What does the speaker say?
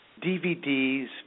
DVDs